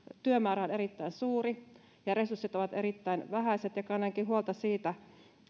työmäärä on erittäin suuri ja resurssit ovat erittäin vähäiset ja kannankin huolta siitä